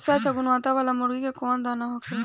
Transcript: सबसे अच्छा गुणवत्ता वाला मुर्गी के कौन दाना होखेला?